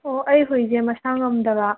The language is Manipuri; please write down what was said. ꯑꯣ ꯑꯩ ꯍꯨꯏꯁꯦ ꯃꯁꯥ ꯉꯝꯗꯕ